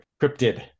cryptid